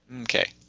Okay